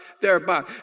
thereby